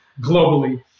globally